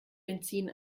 benzin